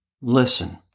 Listen